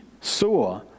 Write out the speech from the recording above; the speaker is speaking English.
saw